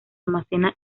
almacena